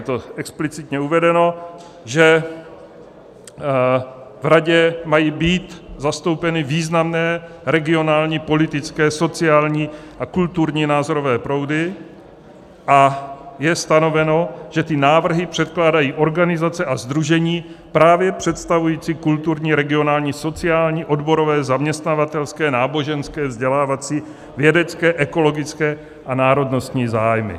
Je explicitně uvedeno, že v radě mají být zastoupeny významné regionální, politické, sociální a kulturní názorové proudy, a je stanoveno, že návrhy předkládají organizace a sdružení právě představující kulturní, regionální, sociální, odborové, zaměstnavatelské, náboženské, vzdělávací, vědecké, ekologické a národnostní zájmy.